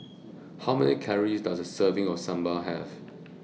How Many Calories Does A Serving of Sambal Have